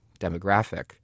demographic